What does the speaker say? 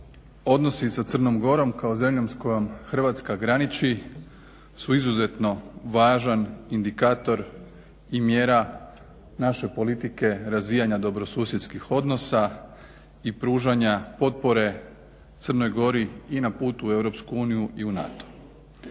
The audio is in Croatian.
odnosi sa Crnom Gorom kao zemljom s kojom Hrvatska graniči su izuzetno važan indikator i mjera naše politike razvijanja dobrosusjedskih odnosa i pružanja potpore Crnoj Gori i na putu u EU i u NATO.